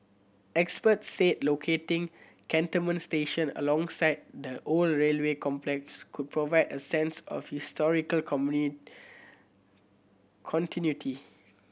experts said locating Cantonment station alongside the old railway complex could provide a sense of historical continuity